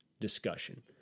discussion